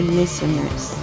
listeners